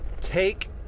take